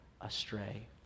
astray